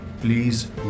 please